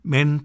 Men